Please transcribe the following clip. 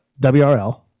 wrl